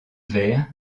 vert